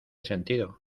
sentido